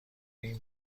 این